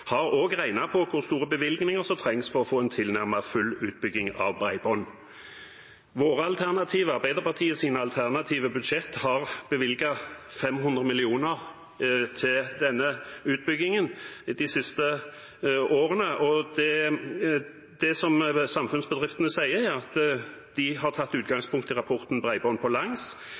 trengs for å få en tilnærmet full utbygging av bredbånd. I Arbeiderpartiets alternative budsjett er det bevilget 500 mill. kr til denne utbyggingen de siste årene. Det Samfunnsbedriftene sier, er at de har tatt utgangspunkt i rapporten «Bredbånd på langs»